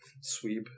sweep